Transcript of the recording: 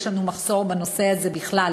יש לנו מחסור בנושא הזה בכלל,